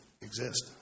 exist